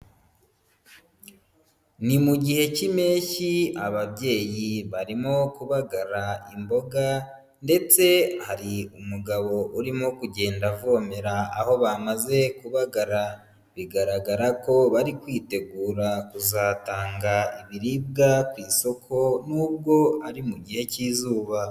Ni mu gihe cy'impeshyi ababyeyi barimo kubagara imboga ndetse hari umugabo urimo kugenda avomera aho bamaze kubagara, bigaragara ko bari kwitegura kuzatanga ibiribwa ku isoko nubwo ari mu gihe cy'izuba.